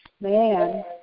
man